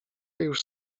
już